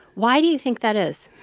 why do you think that is?